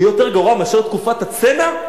יהיה יותר גרוע מאשר תקופת הצנע?